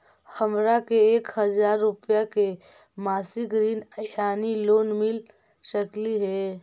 हमरा के एक हजार रुपया के मासिक ऋण यानी लोन मिल सकली हे?